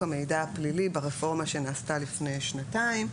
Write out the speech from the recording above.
המידע הפלילי ברפורמה שנעשתה לפני שנתיים,